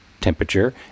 temperature